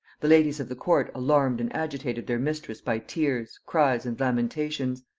the ladies of the court alarmed and agitated their mistress by tears, cries, and lamentations.